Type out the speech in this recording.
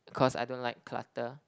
cause I don't like clutter